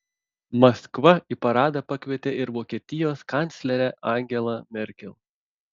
maskva į paradą pakvietė ir vokietijos kanclerę angelą merkel